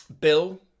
Bill